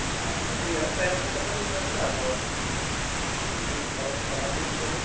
ᱵᱟᱝ ᱤᱱᱟᱹ ᱛᱟᱭᱚᱢ ᱠᱚᱛᱮ ᱦᱟᱜ ᱞᱤᱧ ᱮᱢᱟ ᱵᱤᱱᱟ ᱟᱫᱚ ᱤᱱᱟᱹ ᱯᱟᱨᱟᱵᱽ ᱯᱟᱨᱚᱢ ᱧᱚᱜ ᱦᱚᱪᱚ ᱟᱹᱞᱤᱧ ᱵᱮᱱ